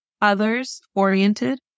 Others-oriented